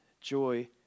joy